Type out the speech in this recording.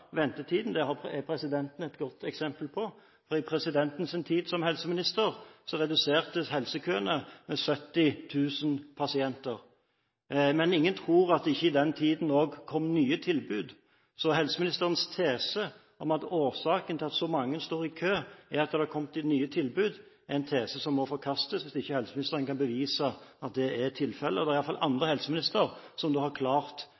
ventetiden. Det er presidenten et godt eksempel på. På presidentens tid som helseminister ble helsekøene redusert med 70 000 pasienter. Men ingen tror at det ikke i den tiden også kom nye tilbud, så helseministerens tese om at årsaken til at så mange står i kø, er at det er kommet nye tilbud, er en tese som må forkastes hvis ikke helseministeren kan bevise at det er tilfellet. Det er i alle fall andre helseministre som har klart